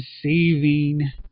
saving